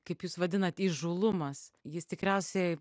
kaip jūs vadinat įžūlumas jis tikriausiai